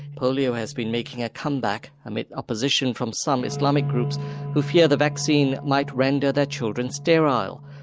polio has been making a comeback amidst opposition from some islamic groups who fear the vaccine might render their children sterile.